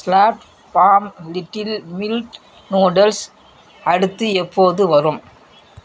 slab Farm little millet noodles அடுத்து எப்போது வரும்